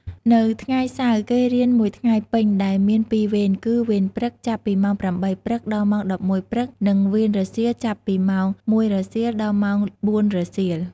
នៅថ្ងៃ សៅរ៍ គេរៀនមួយថ្ងៃពេញដែលមានពីរវេនគឺ វេនព្រឹក ចាប់ពីម៉ោង ៨ ព្រឹក ដល់ម៉ោង ១១ ព្រឹក និង វេនរសៀល ចាប់ពីម៉ោង ១ រសៀល ដល់ម៉ោង ៤ រសៀល។